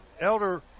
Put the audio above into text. Elder